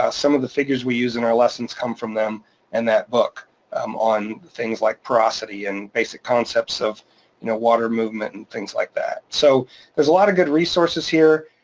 ah some of the figures we use in our lessons come from them and that book um on things like porosity and basic concepts of you know water movement and things like that. so there's a lot of good resources here,